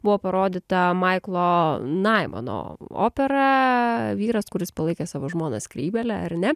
buvo parodyta maiklo naimano opera vyras kuris palaikė savo žmoną skrybėle ar ne